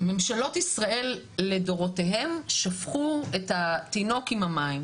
ממשלות ישראל לדורותיהן שפכו את התינוק עם המים,